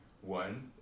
one